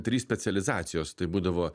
trys specializacijos tai būdavo